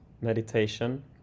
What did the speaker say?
meditation